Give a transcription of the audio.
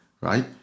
right